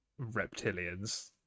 reptilians